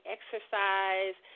Exercise